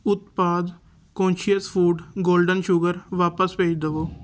ਉਤਪਾਦ conscious food golden sugar ਵਾਪਿਸ ਭੇਜ ਦੇਵੋ